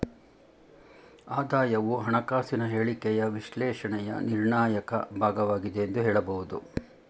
ಆದಾಯವು ಹಣಕಾಸಿನ ಹೇಳಿಕೆಯ ವಿಶ್ಲೇಷಣೆಯ ನಿರ್ಣಾಯಕ ಭಾಗವಾಗಿದೆ ಎಂದು ಹೇಳಬಹುದು